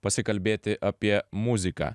pasikalbėti apie muziką